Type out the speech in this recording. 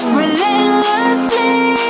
relentlessly